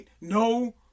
no